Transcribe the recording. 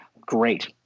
Great